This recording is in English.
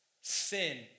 Sin